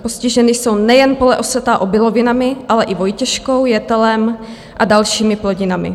Postižena jsou nejen pole osetá obilovinami, ale i vojtěškou, jetelem a dalším plodinami.